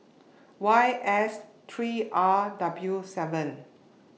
Y S three R W seven